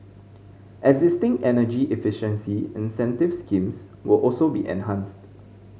existing energy efficiency incentive schemes will also be enhanced